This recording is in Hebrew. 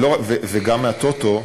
וגם מהטוטו,